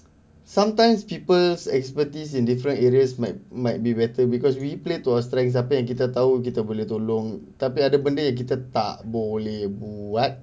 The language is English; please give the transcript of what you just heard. sometimes people's expertise in different areas might might be better because we played to our strengths apa yang kita tahu kita boleh tolong tapi ada benda yang kita tak boleh buat